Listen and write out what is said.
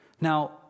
Now